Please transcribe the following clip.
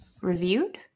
reviewed